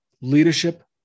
leadership